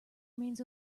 remains